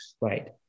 Right